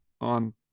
on